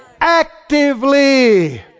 actively